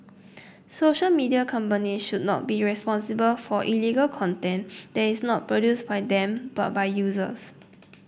social media companies should not be responsible for illegal content that is not produced by them but by users